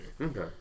Okay